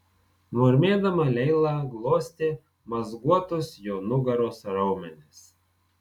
murmėdama leila glostė mazguotus jo nugaros raumenis